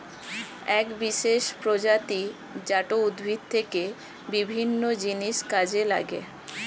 এক বিশেষ প্রজাতি জাট উদ্ভিদ থেকে বিভিন্ন জিনিস কাজে লাগে